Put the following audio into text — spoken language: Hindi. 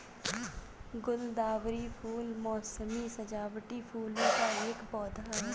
गुलदावरी फूल मोसमी सजावटी फूलों का एक पौधा है